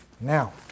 Now